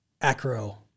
Acro